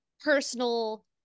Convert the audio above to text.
personal